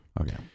Okay